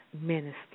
minister